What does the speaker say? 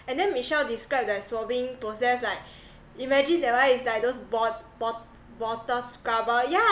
and then michelle described their swabbing process like imagine that one is like those bot~ bot~ bottle scrubber yeah